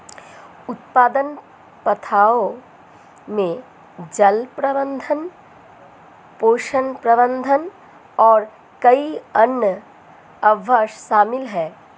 उत्पादन प्रथाओं में जल प्रबंधन, पोषण प्रबंधन और कई अन्य अभ्यास शामिल हैं